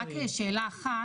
שאלה אחת.